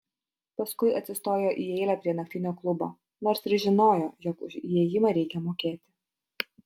paskui atsistojo į eilę prie naktinio klubo nors ir žinojo jog už įėjimą reikia mokėti